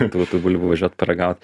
tų tų bulvių važiuot paragaut